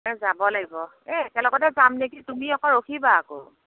এই যাব লাগিব এই একেলগতে যাম নেকি তুমি অকণ ৰখিবা আকৌ